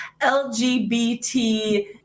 LGBT